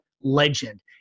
Legend